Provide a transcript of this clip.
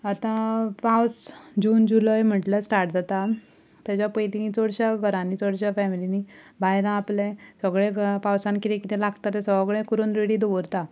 आतां पावस जून जुलय म्हणल्यार स्टार्ट जाता तेच्या पयलीं चडश्या घरांनी चडश्या फेमिलीनी बायलां आपले सगळें पावसांत कितें कितें लागता तें सगळें करून रेडी दवरता